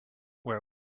where